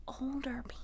older